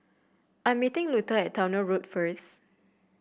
I'm meeting Luther at Towner Road first